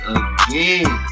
again